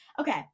Okay